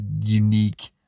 unique